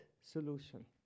solution